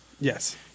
Yes